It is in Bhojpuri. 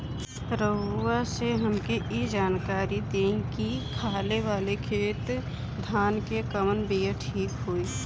रउआ से हमके ई जानकारी देई की खाले वाले खेत धान के कवन बीया ठीक होई?